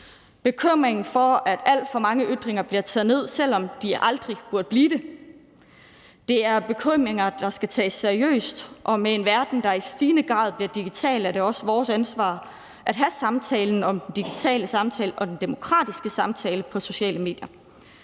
bekymringerne for, at alt for mange ytringer bliver taget ned, selv om de aldrig burde blive det. Det er bekymringer, der skal tages seriøst, og med en verden, der i stigende grad bliver digital, er det også vores ansvar at have samtalen om den digitale samtale og den demokratiske samtale på sociale medier.